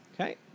Okay